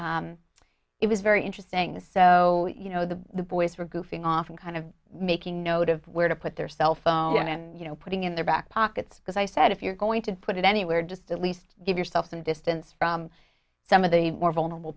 lecture it was very interesting to so you know the boys were goofing off and kind of making note of where to put their cell phone and you know putting in their back pockets because i said if you're going to put it anywhere just at least give yourself some distance from some of the more vulnerable